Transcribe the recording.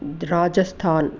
राजस्थानम्